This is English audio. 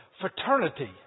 fraternity